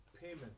payment